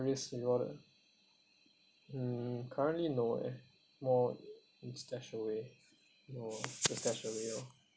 I guess you want to mm currently no eh more in Stashaway no ah in Stashaway loh